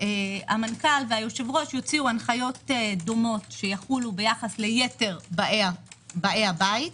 המנכ"ל והיושב-ראש יוציאו הנחיות דומות שיחולו ביחס ליתר באי הבית,